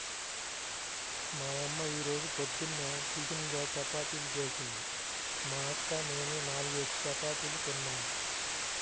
మా యమ్మ యీ రోజు పొద్దున్న టిపిన్గా చపాతీలు జేసింది, మా అక్క నేనూ నాల్గేసి చపాతీలు తిన్నాం